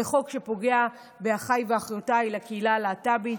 וחוק שפוגע באחיי ואחיותיי בקהילה הלהט"בית.